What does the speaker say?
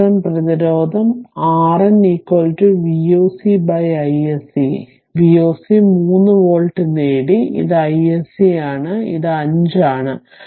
Norton പ്രതിരോധം RN V oc iSC V oc 3 volt നേടി ഇത് iSC ആണ് ഇത് 5 ആണ്